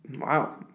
Wow